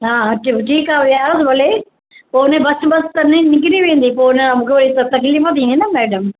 हा हा अचेव ठीकु आहे वियारोसि भले पोइ हुन जी बस बस त सभनी निकिरी वेंदी पोइ अञा मूंखे तकलीफ़ थींदी न मैडम